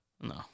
No